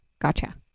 Gotcha